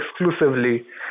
exclusively